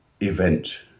event